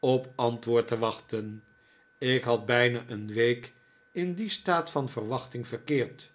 op antwoord te wachten ik had bijna een week in dien staat van verwachting verkeerd